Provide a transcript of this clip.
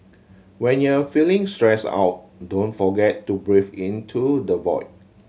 when you are feeling stressed out don't forget to breathe into the void